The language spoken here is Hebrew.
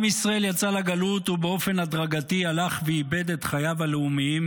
עם ישראל יצא לגלות ובאופן הדרגתי הלך ואיבד את חייו הלאומים.